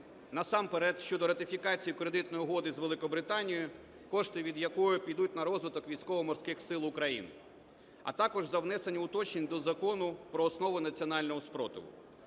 насамперед щодо ратифікації кредитної угоди з Великобританією, кошти від якої підуть на розвиток Військово-Морських Сил України, а також за внесення уточнень до Закону "Про основи національного спротиву".